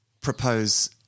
propose